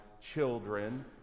children